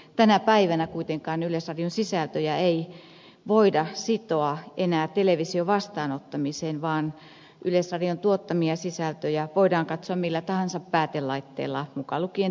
tänä päivänä kuitenkaan yleisradion sisältöjä ei voida sitoa enää televisiovastaanottimeen vaan yleisradion tuottamia sisältöjä voidaan katsoa millä tahansa päätelaitteella mukaan lukien tietokone tai kännykkä